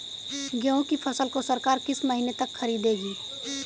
गेहूँ की फसल को सरकार किस महीने तक खरीदेगी?